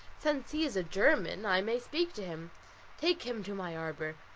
since he is a german, i may speak to him take him to my arbour.